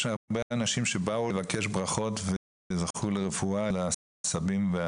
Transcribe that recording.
יש הרבה אנשים שבאו לבקש ברכות וזכו לרפואה אצל הסבים.